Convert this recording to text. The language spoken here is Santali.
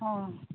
ᱚᱸᱻ